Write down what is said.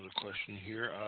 question here